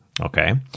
Okay